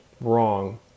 wrong